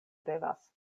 devas